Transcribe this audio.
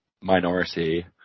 minority